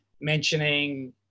mentioning